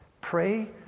pray